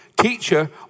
teacher